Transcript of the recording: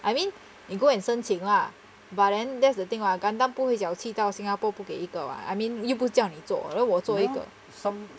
I mean you go and 申请 lah but then that's the thing [what] gundam 不会小气到 singapore 不给一个 [what] I mean 又不叫你做我做一个